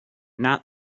not